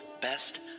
best